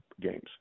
games